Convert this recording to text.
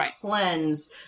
cleanse